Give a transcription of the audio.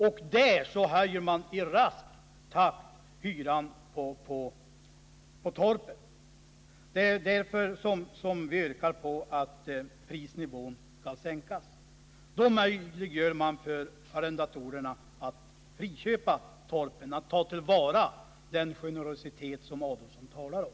Sedan höjs hyran i rask takt. Därför yrkar vi på att prisnivån skall sänkas. Därigenom skulle man möjliggöra för arrendatorerna att friköpa torpen, att ta till vara den generositet som herr Adolfsson talar om.